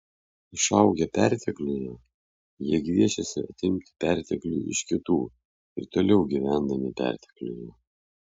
išaugę pertekliuje jie gviešėsi atimti perteklių iš kitų ir toliau gyvendami pertekliuje